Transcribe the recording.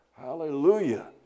Hallelujah